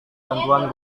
bantuan